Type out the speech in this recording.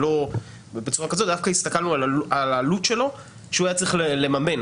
הסתכלנו דווקא על העלות שהוא היה צריך לממן,